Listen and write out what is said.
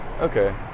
Okay